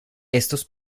estos